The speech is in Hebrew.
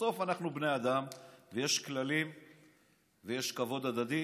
בסוף אנחנו בני אדם, ויש כללים ויש כבוד הדדי